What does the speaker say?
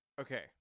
Okay